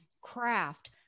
craft